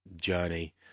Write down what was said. journey